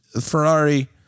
Ferrari